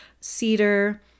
cedar